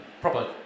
Proper